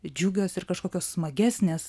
džiugios ir kažkokios smagesnės